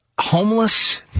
homeless